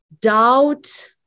doubt